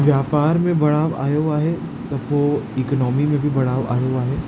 वापार में बढ़ाव आयो आहे त पोइ इकोनॉमी में बि बढ़ाव आयो आहे